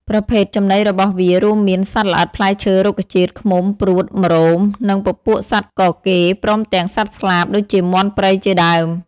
ប្រភេទចំណីរបស់វារួមមាន សត្វល្អិត ផ្លែឈើ រុក្ខជាតិ ឃ្មុំ ព្រួត ម្រោម និងពពួកសត្វកកេរ ព្រមទាំងសត្វស្លាប ដូចជាមាន់ព្រៃជាដើម។